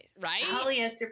right